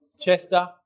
Chester